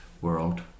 world